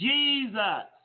Jesus